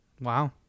wow